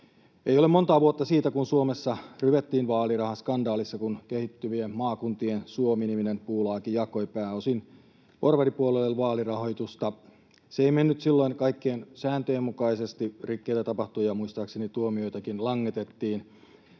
Ei ole montaa vuotta siitä, kun Suomessa ryvettiin vaalirahaskandaalissa, kun Kehittyvien maakuntien Suomi ‑niminen puulaaki jakoi pääosin porvaripuolueille vaalirahoitusta. Se ei mennyt silloin kaikkien sääntöjen mukaisesti, rikkeitä tapahtui ja muistaakseni tuomioitakin langetettiin,